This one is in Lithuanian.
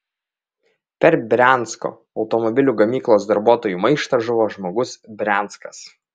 per briansko automobilių gamyklos darbuotojų maištą žuvo žmogus brianskas